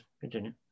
continue